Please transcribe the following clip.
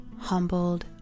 humbled